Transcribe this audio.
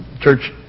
church